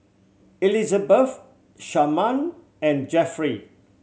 Elizabet Sharman and Jeffrey